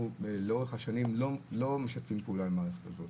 לאורך השנים אנחנו לא משתפים פעולה עם המערכת הזו.